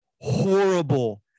horrible